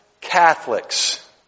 Catholics